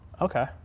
Okay